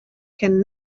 can